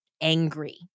angry